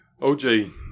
OJ